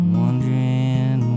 wondering